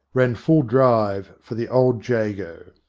ran full drive for the old jago.